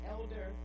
Elder